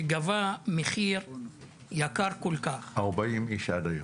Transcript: שגבה מחיר --- ארבעים איש עד היום.